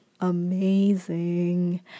amazing